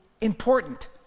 important